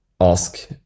ask